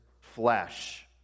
flesh